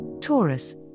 taurus